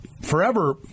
forever